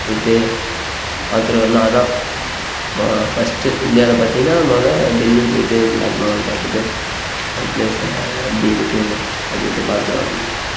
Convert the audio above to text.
போய்விட்டு பார்த்துட்டு வரணும் அதுதான் ஃபஸ்ட்டு இந்தியாவில் பார்த்தீங்கன்னா மொதல் டெல்லி போய்விட்டு தாஜ்மஹாலை பார்த்துட்டு அந்த ப்ளேஸ் எப்படி இருக்குது அப்படின்ட்டு பார்த்துட்டு வரணும்